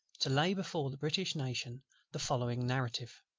to lay before the british nation the following narrative.